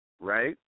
right